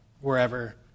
wherever